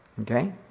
Okay